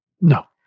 No